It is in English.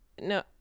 no